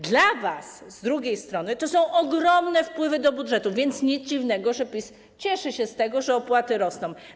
Dla was, z drugiej strony, to są ogromne wpływy do budżetu, więc nic dziwnego, że PiS cieszy się z tego, że opłaty rosną.